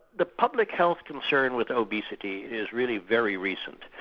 the public health concern with obesity is really very recent,